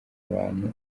abantu